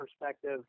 perspective